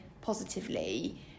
positively